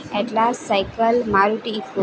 atlas cycle Maruti eco